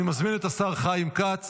אני מזמין את השר חיים כץ